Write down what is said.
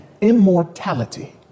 immortality